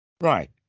right